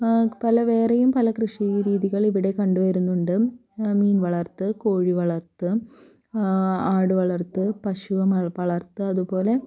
പല വേറെയും പല കൃഷി രീതികൾ ഇവിടെ കണ്ടുവരുന്നുണ്ട് മീൻ വളർത്ത് കോഴി വളർത്ത് ആട് വളർത്ത് പശു പളർത്ത് അതുപോലെ